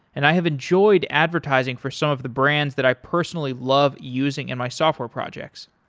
and i have enjoyed advertising for some of the brands that i personally love using in my software projects.